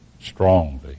strongly